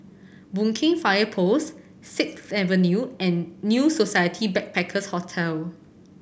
Boon Keng Fire Post Sixth Avenue and New Society Backpackers' Hotel